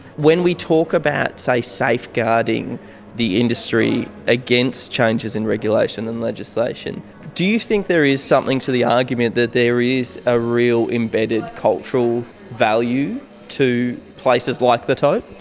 when we talk about, say, safeguarding the industry against changes in regulation and legislation, do you think there is something to the argument that there is a real embedded cultural value to places like the tote?